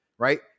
Right